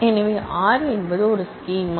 எனவே ஆர் என்பது ஒரு ஸ்கிமா